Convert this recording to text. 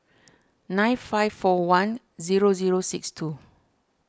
nine five four one zero zero six two